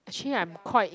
actually I am quite